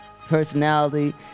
personality